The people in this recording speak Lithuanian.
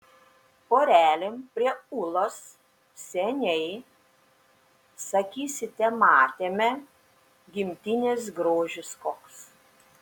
porelėm prie ūlos seniai sakysite matėme gimtinės grožis koks